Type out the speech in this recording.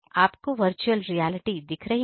आपको virtual reality दिख रही है